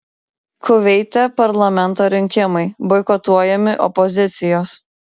kuveite parlamento rinkimai boikotuojami opozicijos